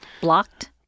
Blocked